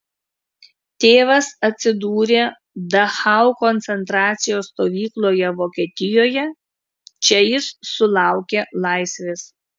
tėvas atsidūrė dachau koncentracijos stovykloje vokietijoje čia jis sulaukė laisvės